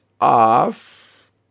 off